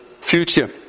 future